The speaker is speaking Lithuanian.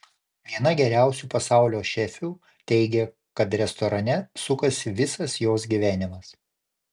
viena geriausių pasaulio šefių teigia kad restorane sukasi visas jos gyvenimas